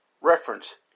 reference